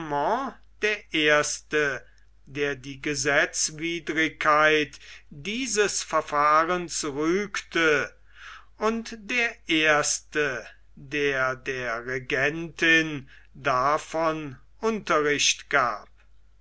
der erste der die gesetzwidrigkeit dieses verfahrens rügte und der erste der der regentin davon unterricht gab